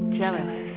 jealous